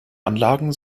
anlagen